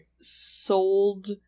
sold